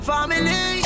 Family